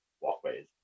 Walkways